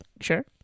sure